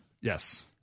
yes